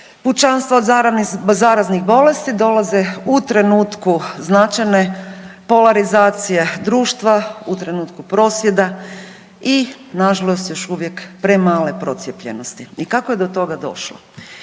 pučanstva od zaraznih bolesti dolaze u trenutku značajne polarizacije društva, u trenutku prosvjeda i nažalost još uvijek premale procijepljenosti. I kako je do toga došlo?